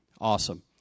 Awesome